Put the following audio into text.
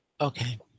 Okay